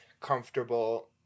comfortable